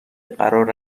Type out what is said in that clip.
قرار